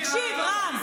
תודה רבה.